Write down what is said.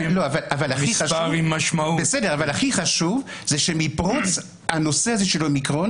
אבל הכי חשוב זה שמפרוץ הנושא הזה של אומיקרון